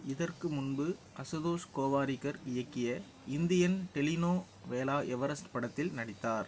இதற்கு முன்பு அசுதோஷ் கோவாரிகர் இயக்கிய இந்தியன் டெலினோவேலா எவரெஸ்ட் படத்தில் நடித்தார்